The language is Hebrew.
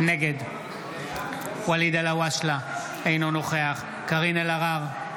נגד ואליד אלהואשלה, אינו נוכח קארין אלהרר,